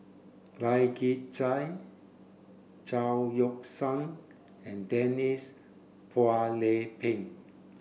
Lai Kew Chai Chao Yoke San and Denise Phua Lay Peng